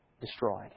destroyed